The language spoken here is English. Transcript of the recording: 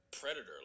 predator